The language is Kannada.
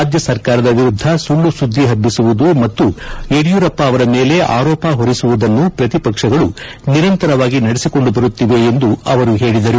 ರಾಜ್ಯ ಸರ್ಕಾರದ ವಿರುದ್ದ ಸುಳ್ಳು ಸುದ್ದಿ ಹಬ್ಬಿಸುವುದು ಮತ್ತು ಯಡಿಯೂರಪ್ಪ ಅವರ ಮೇಲೆ ಆರೋಪ ಹೊರಿಸುವುದನ್ನು ಪ್ರತಿಪಕ್ಷಗಳು ನಿರಂತರವಾಗಿ ನಡೆಸಿಕೊಂಡು ಬರುತ್ತಿವೆ ಎಂದು ಅವರು ಹೇಳಿದರು